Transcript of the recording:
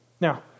Now